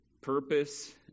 purpose